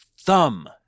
thumb